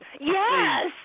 Yes